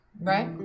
right